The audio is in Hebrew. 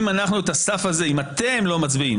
אם אתם לא מצביעים,